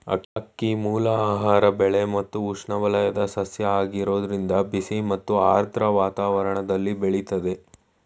ಅಕ್ಕಿಮೂಲ ಆಹಾರ ಬೆಳೆ ಮತ್ತು ಉಷ್ಣವಲಯದ ಸಸ್ಯ ಆಗಿರೋದ್ರಿಂದ ಬಿಸಿ ಮತ್ತು ಆರ್ದ್ರ ವಾತಾವರಣ್ದಲ್ಲಿ ಬೆಳಿತದೆ